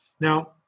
Now